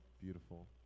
Beautiful